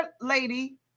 lady